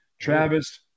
Travis